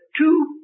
two